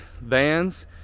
vans